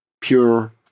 pure